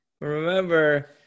Remember